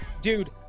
dude